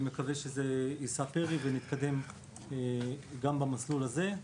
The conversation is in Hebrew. אני מקווה שזה יישא פרי ונתקדם גם במסלול הזה.